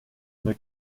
une